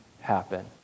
happen